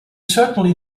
certainly